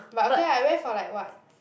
but okay lah I wear for like what